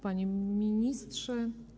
Panie Ministrze!